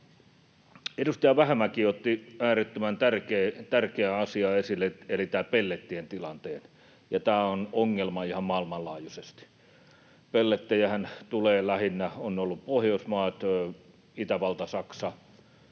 Edustaja Vähämäki otti äärettömän tärkeän asian esille eli tämän pellettien tilanteen, ja tämä on ongelma ihan maailmanlaajuisesti. Pellettejähän tulee lähinnä Pohjoismaista, Itävallasta, Saksasta,